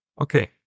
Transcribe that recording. Okay